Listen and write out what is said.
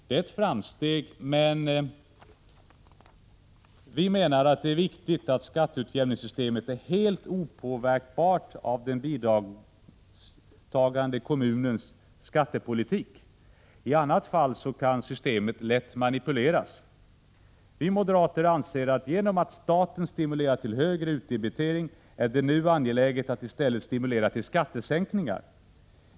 Det är ett framsteg, men vi menar att det är viktigt att skatteutjämningssystemet är helt opåverkbart av den bidragstagande kommunens skattepolitik. I annat fall kan systemet lätt manipuleras. Vi moderater anser att genom att staten stimulerar till högre utdebitering är det nu angeläget att i stället stimulera till skattesänkningar.